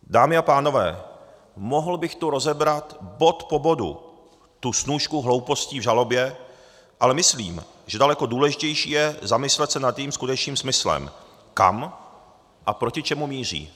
Dámy a pánové, mohl bych tu rozebrat bod po bodu tu snůšku hloupostí v žalobě, ale myslím, že daleko důležitější je zamyslet se nad jejím skutečným smyslem, kam a proti čemu míří.